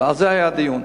על זה היה הדיון.